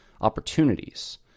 opportunities